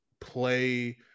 play